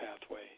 pathway